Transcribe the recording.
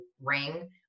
ring